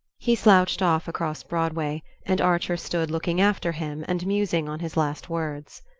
he slouched off across broadway, and archer stood looking after him and musing on his last words.